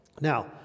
Now